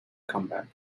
comeback